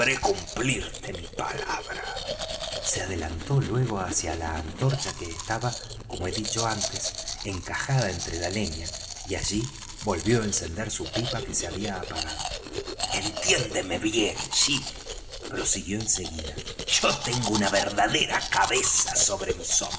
sabré cumplirte mi palabra se adelantó luego hacia la antorcha que estaba como he dicho antes encajada entre la leña y allí volvió á encender su pipa que se había apagado entiéndeme bien jim prosiguió en seguida yo tengo una verdadera cabeza sobre mis